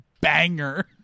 banger